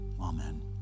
amen